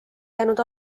jäänud